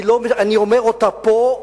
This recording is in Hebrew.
אני אומר אותה פה,